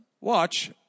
watch